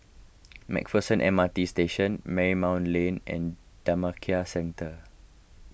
MacPherson M R T Station Marymount Lane and Dhammakaya Centre